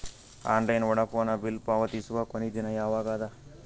Online Vodafone bill ಪಾವತಿಸುವ ಕೊನಿ ದಿನ ಯವಾಗ ಅದ?